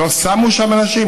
לא שמו שם אנשים?